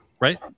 Right